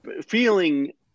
feeling